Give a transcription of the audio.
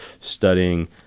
studying